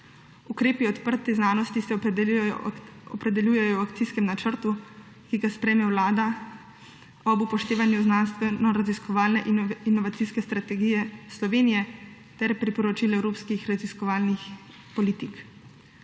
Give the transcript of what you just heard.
Ukrepi odprte znanosti se opredeljujejo v akcijskem načrtu, ki ga sprejme Vlada ob upoštevanju znanstvenoraziskovalne in inovacijske strategije Slovenije ter priporočil evropskih raziskovalnih politik.